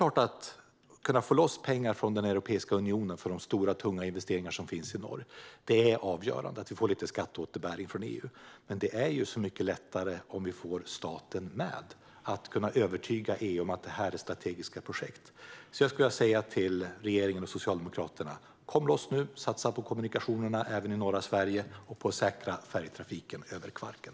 Att kunna få loss pengar från Europeiska unionen för de stora, tunga investeringar som finns i norr och att vi får lite skatteåterbäring från EU är avgörande, men det är mycket lättare om vi får med staten på att kunna övertyga EU om att detta är strategiska projekt. Jag vill säga till regeringen och Socialdemokraterna: Kom loss nu, och satsa på kommunikationerna även i norra Sverige och på att säkra färjetrafiken över Kvarken!